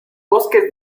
bosques